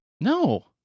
no